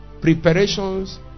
preparations